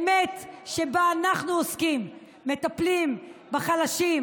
אמת שבה אנחנו עוסקים: מטפלים בחלשים,